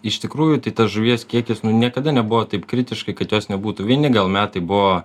iš tikrųjų tai tas žuvies kiekis niekada nebuvo taip kritiškai kad jos nebūtų vieni gal metai buvo